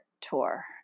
tour